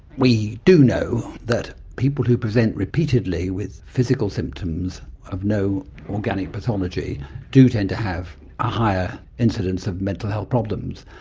we do know that people who present repeatedly with physical symptoms of no organic pathology do tend to have a higher incidence of mental health problems.